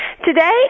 Today